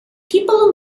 people